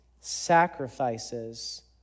sacrifices